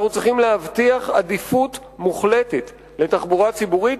אנחנו צריכים להבטיח עדיפות מוחלטת לתחבורה ציבורית